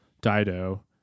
Dido